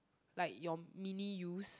like your mini yous